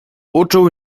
uczuł